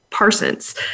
Parsons